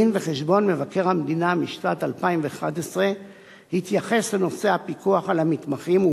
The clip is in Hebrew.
דין-וחשבון מבקר המדינה משנת 2011 התייחס לנושא הפיקוח על המתמחים,